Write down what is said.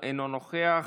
אינו נוכח,